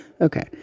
Okay